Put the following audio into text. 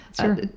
Sure